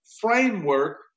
framework